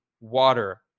water